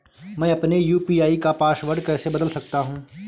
मैं अपने यू.पी.आई का पासवर्ड कैसे बदल सकता हूँ?